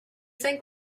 think